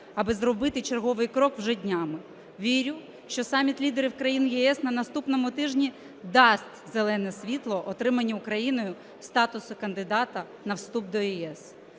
аби зробити черговий крок вже днями. Вірю, що саміт лідерів країн ЄС на наступному тижні дасть зелене світло отриманню Україною статусу кандидата на вступ до ЄС.